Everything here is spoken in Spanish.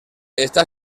está